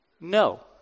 No